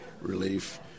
relief